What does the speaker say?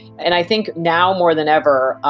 and i think now more than ever,